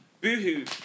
Boohoo